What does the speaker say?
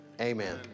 Amen